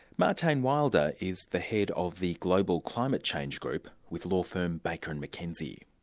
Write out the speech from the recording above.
martijn wilder is the head of the global climate change group with law firm baker and mckenzie.